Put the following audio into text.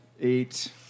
Eight